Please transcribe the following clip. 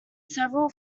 several